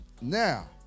now